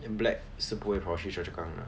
black 是不会 choa chu kang 的